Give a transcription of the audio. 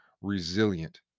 resilient